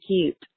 cute